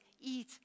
eat